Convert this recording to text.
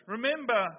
Remember